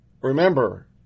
Remember